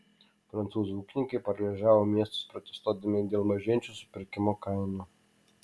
prancūzų ūkininkai paralyžiavo miestus protestuodami dėl mažėjančių supirkimo kainų